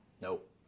Nope